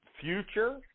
Future